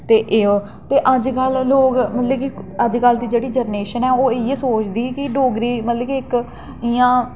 ते अजकल लोक मतलब कि अजकल जेह्ड़ी जैनरेशन ऐ ओह् इ'यै सोचदी कि डोगरी मतलब कि इक इ'यां